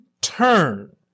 turn